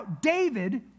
David